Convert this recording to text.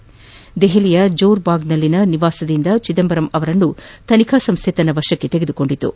ನವದೆಹಲಿಯ ಜೋರ್ಬಾಗ್ನಲ್ಲಿನ ನಿವಾಸದಿಂದ ಚಿದಂಬರಂ ಅವರನ್ನು ತನಿಖಾ ಸಂಸ್ಥೆ ತನ್ನ ವಶಕ್ಕೆ ತೆಗೆದುಕೊಂಡಿತು